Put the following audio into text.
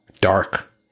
dark